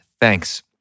Thanks